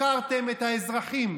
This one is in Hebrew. הפקרתם את האזרחים,